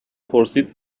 پرسید